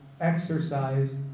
exercise